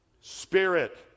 spirit